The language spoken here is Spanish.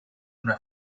una